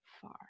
far